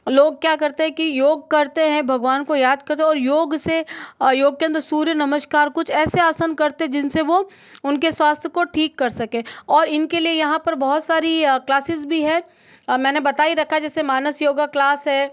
लोग क्या करते हैं कि योग करते हैं भगवान को याद करो और योग से और योग के अंदर सूर्य नमस्कार कुछ ऐसे आसन करते जिनसे वह उनके स्वास्थ्य को ठीक कर सके और इनके लिए यहाँ पर बहुत सारी क्लासेस भी है मैंने बता ही रखा है जैसे मानस योग क्लास है